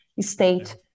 state